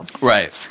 Right